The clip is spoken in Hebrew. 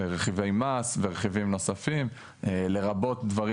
רכיבי מס ורכיבים נוספים לרבות דברים